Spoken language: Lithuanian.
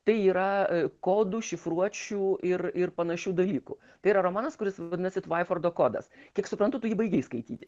tai yra kodų šifruočių ir ir panašių dalykų tai yra romanas kuris vadinasi tvaifordo kodas kiek suprantu tu jį baigei skaityti